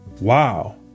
wow